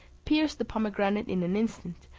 pierced the pomegranate in an instant,